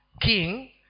King